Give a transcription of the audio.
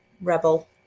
Rebel